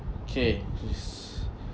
okay please